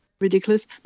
ridiculous